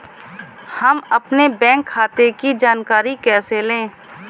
हम अपने बैंक खाते की जानकारी कैसे लें?